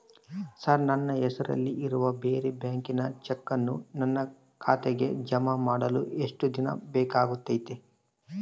Sir ನನ್ನ ಹೆಸರಲ್ಲಿ ಇರುವ ಬೇರೆ ಬ್ಯಾಂಕಿನ ಚೆಕ್ಕನ್ನು ನನ್ನ ಖಾತೆಗೆ ಜಮಾ ಮಾಡಲು ಎಷ್ಟು ದಿನ ಬೇಕಾಗುತೈತಿ?